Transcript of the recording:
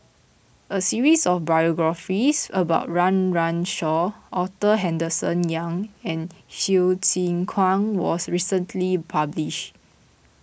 a series of biographies about Run Run Shaw Arthur Henderson Young and Hsu Tse Kwang was recently published